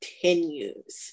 continues